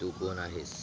तू कोण आहेस